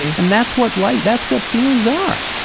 and that's what life, that's what feelings are.